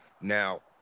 Now